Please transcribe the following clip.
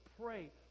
pray